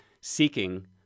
seeking